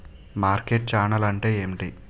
Market channel అంటే ఏమిటి?